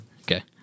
Okay